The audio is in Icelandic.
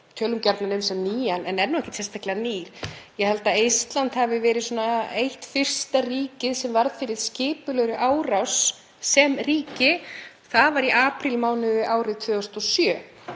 tölum gjarnan um sem nýjan en er nú ekkert sérstaklega nýr. Ég held að Eistland hafi verið eitt fyrsta ríkið sem varð fyrir skipulagðri árás sem ríki. Það var í aprílmánuði árið 2007,